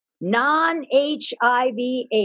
non-HIV